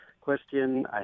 question